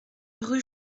rue